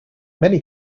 many